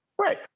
Right